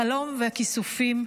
החלום והכיסופים לירושלים.